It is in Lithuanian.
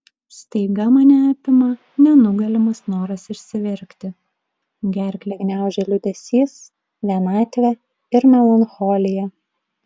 staiga mane apima nenugalimas noras išsiverkti gerklę gniaužia liūdesys vienatvė ir melancholija